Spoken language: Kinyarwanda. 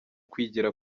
kwigira